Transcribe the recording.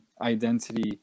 identity